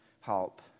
help